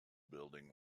building